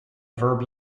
verb